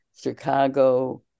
Chicago